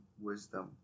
wisdom